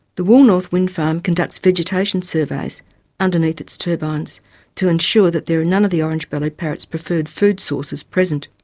the woolnorth wind farm conducts vegetation surveys underneath its turbines to ensure that there are none of the orange-bellied parrot's preferred food sources present.